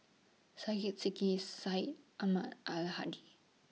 Syed Sheikh Syed Ahmad Al Hadi